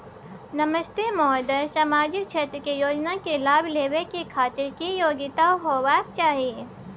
नमस्ते महोदय, सामाजिक क्षेत्र के योजना के लाभ लेबै के खातिर की योग्यता होबाक चाही?